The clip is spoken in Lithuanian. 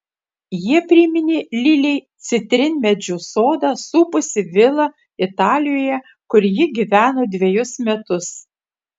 jie priminė lilei citrinmedžių sodą supusį vilą italijoje kur ji gyveno dvejus metus